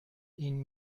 این